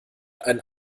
ein